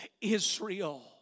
Israel